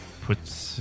puts